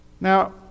Now